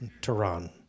Tehran